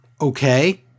Okay